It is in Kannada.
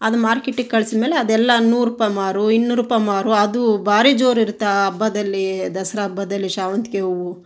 ಅದು ಮಾರ್ಕೆಟಿಗೆ ಕಳಿಸಿದ್ಮೇಲೆ ಅದೆಲ್ಲ ನೂರು ರುಪಾಯಿ ಮಾರು ಇನ್ನೂರು ರುಪಾಯಿ ಮಾರು ಅದು ಭಾರಿ ಜೋರು ಇರುತ್ತೆ ಆ ಹಬ್ಬದಲ್ಲಿ ದಸ್ರಾ ಹಬ್ಬದಲ್ಲಿ ಸೇವಂತ್ಗೆ ಹೂವು